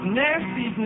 nasty